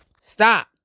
stop